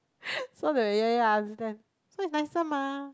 so they will ya ya I understand so it's nicer mah